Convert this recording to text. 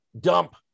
dump